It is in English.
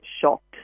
shocked